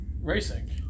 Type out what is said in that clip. racing